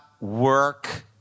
work